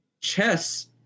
chess